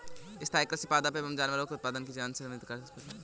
स्थाईं कृषि पादप एवं जानवरों के उत्पादन की समन्वित कृषि प्रणाली है